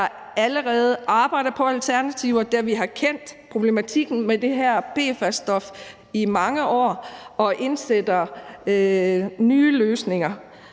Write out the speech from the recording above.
der allerede arbejder på alternativer, da vi har kendt problematikken med det her PFAS-stof i mange år, og indsætter nye løsninger.